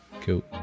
Cool